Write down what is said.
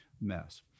mess